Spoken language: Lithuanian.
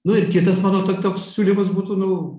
nu ir kitas mano toks siūlymas būtų nu